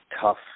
tough